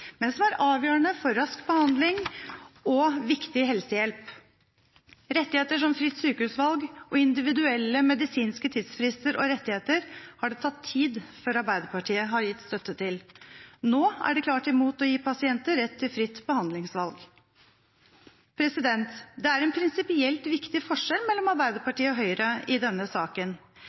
men som er avgjørende for rask behandling og viktig helsehjelp. Rettigheter som fritt sykehusvalg og individuelle medisinske tidsfrister og rettigheter har det tatt tid før Arbeiderpartiet har gitt støtte til. Nå er de klart imot å gi pasienter rett til fritt behandlingsvalg. Det er en prinsipielt viktig forskjell mellom Arbeiderpartiet og Høyre i denne saken.